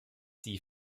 die